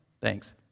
Thanks